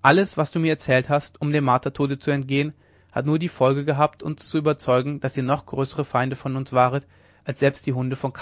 alles was du mir erzählt hast um dem martertode zu entgehen hat nur die folge gehabt uns zu überzeugen daß ihr noch größere feinde von uns waret als selbst die hunde von